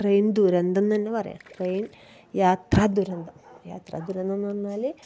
train ദുരന്തം എന്ന് തന്നെ പറയാം ട്രെയിൻ യാത്ര ദുരന്തം യാത്രാ ദുരന്തമെന്ന് പറഞ്ഞാല്